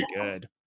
good